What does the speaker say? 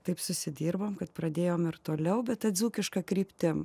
taip susidirbom kad pradėjom ir toliau bet ta dzūkiška kryptim